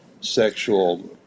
sexual